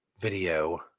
video